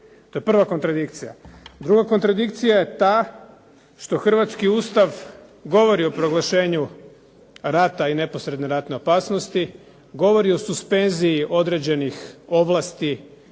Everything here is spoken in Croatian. To je prva kontradikcija. Druga kontradikcija je ta što hrvatski Ustav govori o proglašenju rata i neposredne ratne opasnosti, govori o suspenziji određenih ovlasti